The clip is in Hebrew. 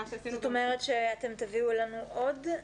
זאת אומרת שאתם תביאו לנו עוד אחד?